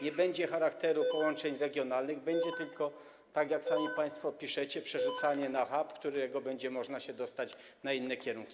Nie będzie charakteru połączeń regionalnych, będzie tylko, tak jak sami państwo piszecie, przerzucanie na hub, z którego będzie się można dostać na inne kierunki.